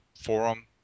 forum